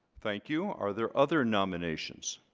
thank you are there other nominations